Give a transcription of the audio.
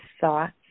thoughts